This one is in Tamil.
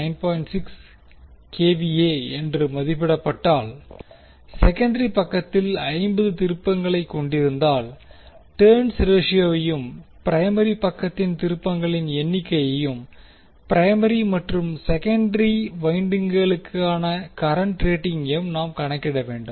6 kVA என மதிப்பிடப்பட்டால் செகண்டரி பக்கத்தில் 50 திருப்பங்களைக் கொண்டிருந்தால் டர்ன்ஸ் ரேஷியோவையும் பிரைமரி பக்கத்தின் திருப்பங்களின் எண்ணிக்கையையும் பிரைமரி மற்றும் செகண்டரி வைண்டிங்குகளுக்கான கரண்ட் ரேடிங்கையும் நாம் கணக்கிட வேண்டும்